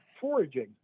foraging